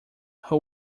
who